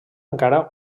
encara